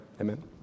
amen